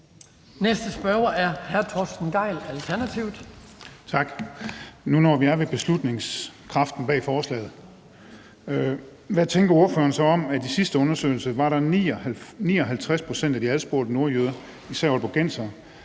Nu når vi er ved beslutningskraften bag forslaget, hvad tænker ordføreren så om, at i de sidste undersøgelser var der 59 pct. af de adspurgte nordjyder, især aalborgensere,